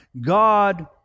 God